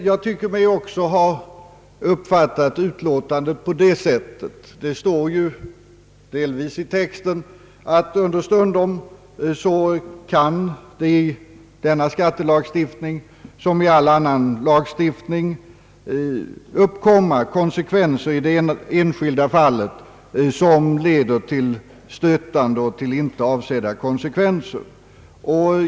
Jag tycker mig också ha uppfattat utlåtandet på det sättet — det står ju delvis i texten — att man understryker att denna skattelagstiftning, som all annan lagstiftning, understundom kan medföra följder i det enskilda fallet, vilka utgör icke avsedda, ibland stötande, konsekvenser.